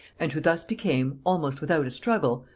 and who thus became, almost without a struggle,